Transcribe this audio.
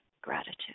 gratitude